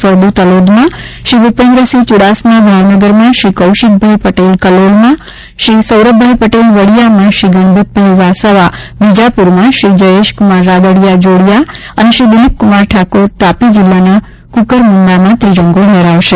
ફળદ્વ તલોદમાં શ્રી ભૂપેન્દ્રસિંહ ચુડાસમા ભાવનગરમાં શ્રી કૌશિકભાઇ પટેલ કલોલમાં શ્રી સૌરભભાઇ પટેલ વડીયામાં શ્રી ગણપતભાઇ વસાવા વિજાપુરમાં શ્રી જયેશક્રમાર રાદડિયા જોડીયા અને શ્રી દિલીપક્રમાર ઠાકોર તાપી જિલ્લાના કુકરમુંડામાં ત્રિરંગો લહેરાવશે